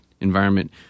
environment